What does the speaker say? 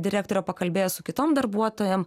direktorė pakalbėjo su kitom darbuotojom